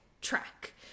track